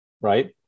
right